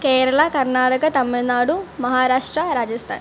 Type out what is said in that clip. Kerala Karnataka Tamil Nadu Maharashtra Rajasthan